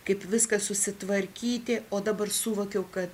kaip viską susitvarkyti o dabar suvokiau kad